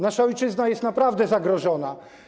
Nasza ojczyzna jest naprawdę zagrożona.